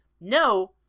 no